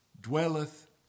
dwelleth